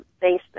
basement